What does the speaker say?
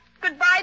Goodbye